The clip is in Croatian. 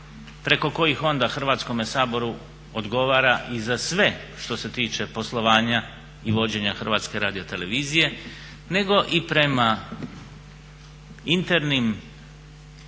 preko kojih onda Hrvatskome saboru odgovara i za sve što se tiče poslovanja i vođenja HRT-a, nego i prema internim